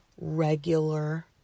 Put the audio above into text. regular